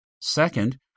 Second